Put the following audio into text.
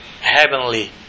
heavenly